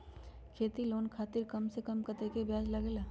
खेती लोन खातीर कम से कम कतेक ब्याज लगेला?